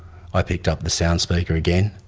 i picked up the sound speaker again.